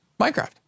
Minecraft